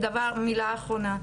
ומילה אחרונה,